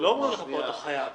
לא אומרים לך פה שאתה חייב,